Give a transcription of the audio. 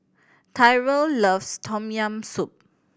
Tyrell loves Tom Yam Soup